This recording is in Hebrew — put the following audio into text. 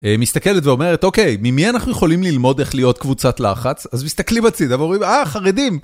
היא מסתכלת ואומרת, אוקיי, ממי אנחנו יכולים ללמוד איך להיות קבוצת לחץ? אז מסתכלים הצידה, ואומרים, אה, חרדים.